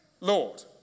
Lord